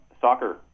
soccer